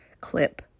clip